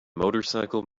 motorcycle